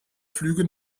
flüge